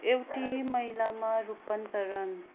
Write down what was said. एउटी महिलामा रूपान्तरण